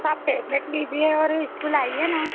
आप टैबलेट लीजिए और स्कूल आइए ना